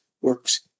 works